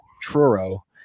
Truro